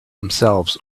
themselves